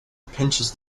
pinches